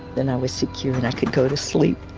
then i was secure, and i could go to sleep